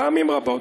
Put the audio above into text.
פעמים רבות.